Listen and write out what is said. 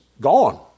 gone